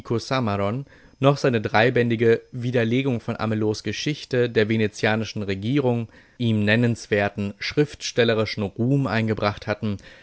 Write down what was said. noch seine dreibändige widerlegung von amelots geschichte der venezianischen regierung ihm nennenswerten schriftstellerischen ruhm eingebracht hatten